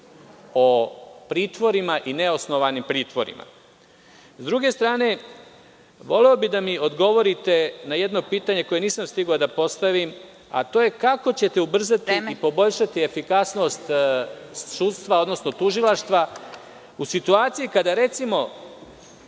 o pritvorima i neosnovanim pritvorima.S druge strane, voleo bih da mi odgovorite na jedno pitanje koje nisam stigao da postavim, a to je kako ćete ubrzati i poboljšati efikasnost sudstva, odnosno tužilaštva u situaciji kada, recimo,